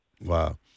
Wow